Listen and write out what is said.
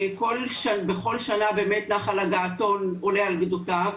בכל שנה באמת נחל הגעתון עולה על גדותיו.